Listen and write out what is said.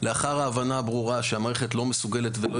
לאחר הבנה ברורה שהמערכת לא מסוגלת ולא